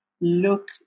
look